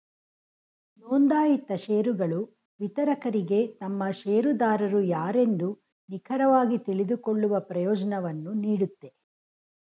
ನೊಂದಾಯಿತ ಶೇರುಗಳು ವಿತರಕರಿಗೆ ತಮ್ಮ ಶೇರುದಾರರು ಯಾರೆಂದು ನಿಖರವಾಗಿ ತಿಳಿದುಕೊಳ್ಳುವ ಪ್ರಯೋಜ್ನವನ್ನು ನೀಡುತ್ತೆ